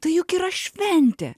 tai juk yra šventė